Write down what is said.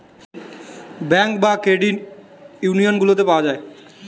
bank বা credit union গুলাতে পাওয়া যায়